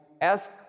ask